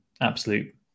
absolute